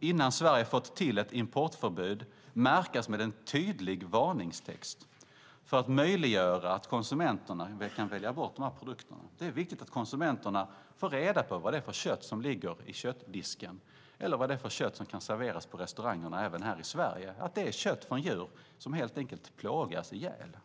innan Sverige fått till ett importförbund, märkas med en tydlig varningstext för att möjliggöra för konsumenterna att välja bort dessa produkter. Det är viktigt att konsumenterna får reda på vad det är för kött som ligger i köttdiskarna eller vad det är för kött som kan serveras på restaurangerna även här i Sverige, att det är kött från djur som helt enkelt plågats ihjäl.